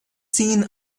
seen